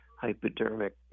Hypodermic